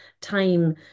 time